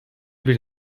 bir